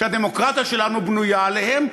שהדמוקרטיה שלנו בנויה עליו,